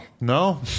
no